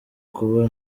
kuba